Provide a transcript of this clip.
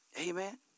Amen